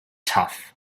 tough